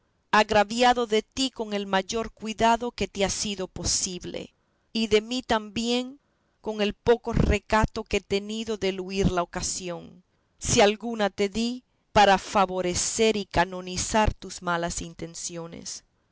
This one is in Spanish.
agraviado de ti con el mayor cuidado que te ha sido posible y de mí también con el poco recato que he tenido del huir la ocasión si alguna te di para favorecer y canonizar tus malas intenciones